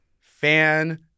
Fan